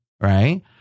right